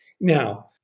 Now